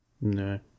No